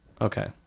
Okay